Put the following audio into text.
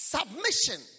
Submission